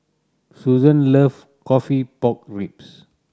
Susan love coffee pork ribs